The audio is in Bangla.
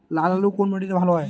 লাল আলু কোন মাটিতে ভালো হয়?